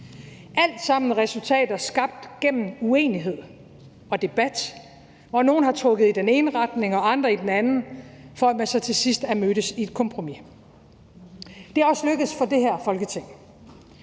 alt sammen resultater, der er skabt gennem uenighed og debat, hvor nogle har trukket i den ene indretning og andre i den anden, for at man til sidst så er mødtes i et kompromis. Det er også lykkedes for det her Folketing.